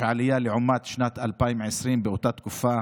יש עלייה לעומת שנת 2020, באותה תקופה